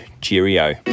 cheerio